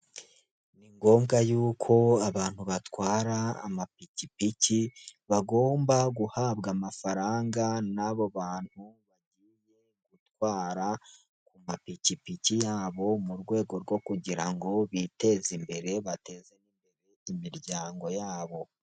Ni ngombwa yuko abantu batwara amapikipiki bagomba guhabwa amafaranga n'abo bantu bagiye gutwara ku mapikipiki yabo, mu rwego rwo kugira ngo biteze imbere bateze imbere imiryango yabo.